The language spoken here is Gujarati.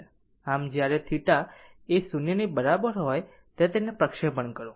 આમ જ્યારે θ એ 0 ની બરાબર હોય ત્યારે તેને પ્રક્ષેપણ કરો